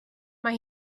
mae